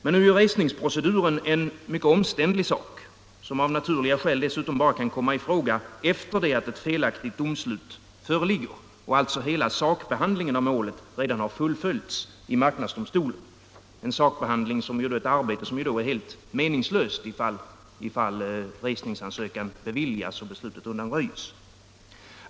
Men resningsprocedur är en mycket omständlig sak, som av naturliga skäl dessutom bara kan komma i fråga efter det att ett felaktigt domslut föreligger och alltså hela sakbehandlingen av målet redan har fullföljts i marknadsdomstolen; en sakbehandling och ett arbete som blir helt meningslöst ifall resningsansökan beviljas och beslutet undanröjs.